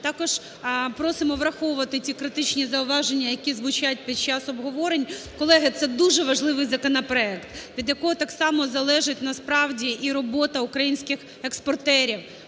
також просимо враховувати ті критичні зауваження, які звучать під час обговорень. Колеги, це дуже важливий законопроект, від якого так само залежить насправді і робота українських експортерів.